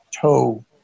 toe